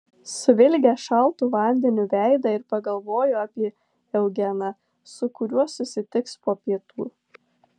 suvilgė šaltu vandeniu veidą ir pagalvojo apie eugeną su kuriuo susitiks po pietų